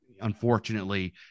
unfortunately